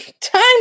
time